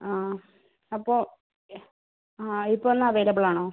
ആ അപ്പോൾ ആ ഇപ്പം എന്നാൽ അവൈലബിൾ ആണോ